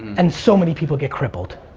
and so many people get crippled.